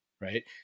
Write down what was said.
right